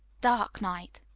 dark night.